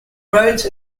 roads